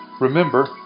Remember